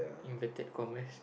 inverted commas